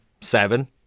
seven